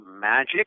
magic